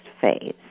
phase